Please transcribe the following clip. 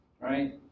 right